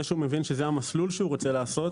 שהוא מבין שזה המסלול שהוא רוצה לעשות,